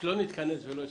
שלא נתכנס ולא הספקתם.